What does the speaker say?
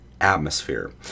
Atmosphere